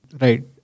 Right